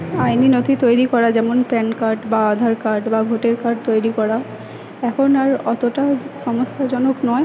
আইনি নথি তৈরি করা যেমন প্যান কার্ড বা আধার কার্ড বা ভোটের কার্ড তৈরি করা এখন আর অতোটা সমস্যাজনক নয়